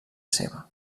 seva